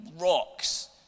rocks